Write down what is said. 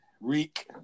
Reek